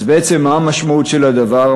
אז בעצם, מה המשמעות של הדבר?